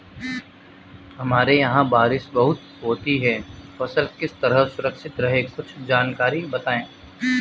हमारे यहाँ बारिश बहुत होती है फसल किस तरह सुरक्षित रहे कुछ जानकारी बताएं?